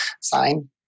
sign